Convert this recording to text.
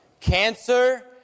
Cancer